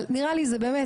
אבל נראה לי זה באמת,